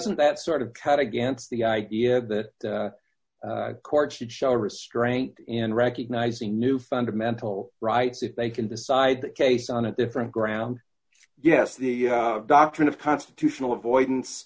doesn't that sort of cut against the idea that courts should show restraint in recognizing new fundamental rights if they can decide that case on a different ground yes the doctrine of constitutional avoidance